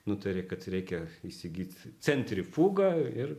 nutarė kad reikia įsigyt centrifugą ir